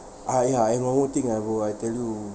!aiya! I normal think ah bro I tell you